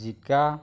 জিকা